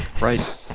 Right